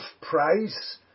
price